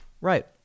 Right